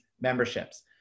memberships